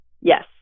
Yes